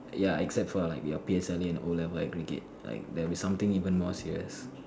ya except for like your P_S_L_E and o-level aggregate like there has to be something even more serious